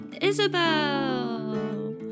Isabel